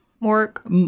work